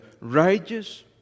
righteous